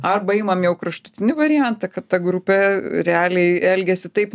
arba imam jau kraštutinį variantą kad ta grupė realiai elgiasi taip